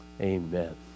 Amen